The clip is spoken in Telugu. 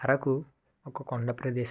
అరకు ఒక కొండ ప్రదేశం